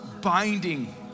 binding